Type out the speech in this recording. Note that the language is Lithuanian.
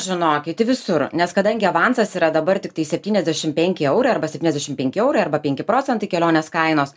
žinokit į visur nes kadangi avansas yra dabar tiktai septyniasdešim penki eurai arba septyniasdešim penki eurai arba penki procentai kelionės kainos